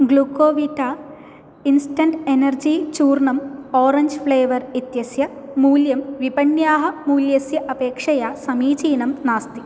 Glucovita instant energy चूर्णम् orange flavour इत्यस्य मूल्यं विपण्याः मूल्यस्य अपेक्षया समीचीनं नास्ति